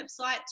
website